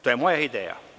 To je moja ideja.